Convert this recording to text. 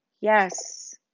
Yes